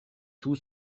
tout